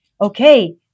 okay